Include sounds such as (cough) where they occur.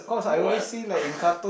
what (laughs)